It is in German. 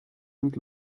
sind